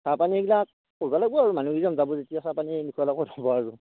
চাহ পানী এইগিলাক কৰিব লাগিব আৰু মানুহ কেইজন যাব যেতিয়া চাহ পানী নুখুৱালে ক'ত হ'ব আৰু